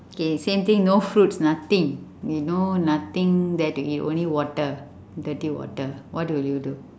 okay same thing no fruits nothing you know nothing there to eat only water dirty water what will you do